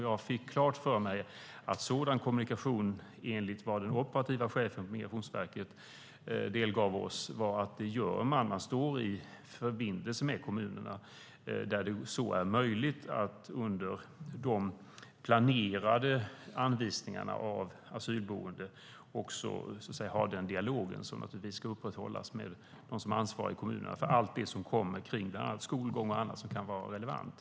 Jag fick klart för mig - enligt vad den operativa chefen på Migrationsverket delgav oss - att man står i förbindelse med kommunerna där det så är möjligt under de planerade anvisningarna av asylboende. Det ska föras en dialog som ska upprätthållas med dem som är ansvariga i kommunerna för allting som tillkommer, skolgång och annat som kan vara relevant.